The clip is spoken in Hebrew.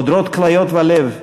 חודרות כליות ולב,